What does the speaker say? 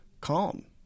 calm